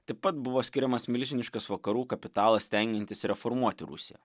taip pat buvo skiriamas milžiniškas vakarų kapitalas stengiantis reformuoti rusiją